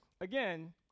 again